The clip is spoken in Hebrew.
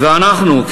ואנחנו,